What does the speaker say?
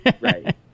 Right